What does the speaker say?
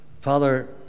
Father